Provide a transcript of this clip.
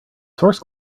source